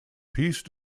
piece